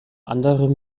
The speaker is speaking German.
anderem